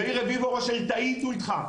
יאיר רביבו, ראש העיר, טעינו איתך.